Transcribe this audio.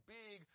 big